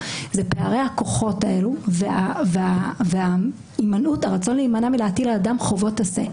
לפערי הכוחות האלה והרצון להימנע מלהטיל על אדם חובות עשה.